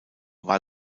war